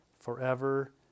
forever